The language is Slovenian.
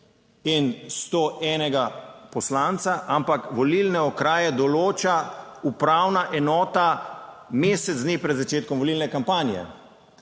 in 101. poslanca, ampak volilne okraje določa upravna enota mesec dni pred začetkom volilne kampanje